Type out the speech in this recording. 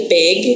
big